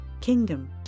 Kingdom